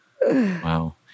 Wow